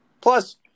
Plus